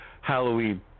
Halloween